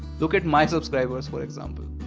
look at my subscribers for example.